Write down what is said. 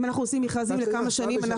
אם אנחנו עושים מכרזים לכמה שנים,